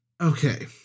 Okay